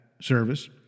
service